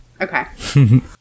Okay